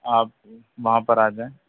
آپ وہاں پر آ جائیں